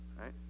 right